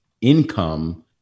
income